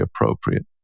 appropriate